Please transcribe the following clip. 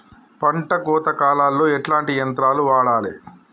పంట కోత కాలాల్లో ఎట్లాంటి యంత్రాలు వాడాలే?